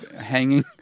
hanging